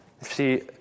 see